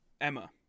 emma